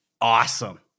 awesome